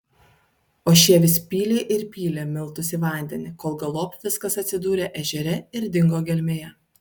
o šie vis pylė ir pylė miltus į vandenį kol galop viskas atsidūrė ežere ir dingo gelmėje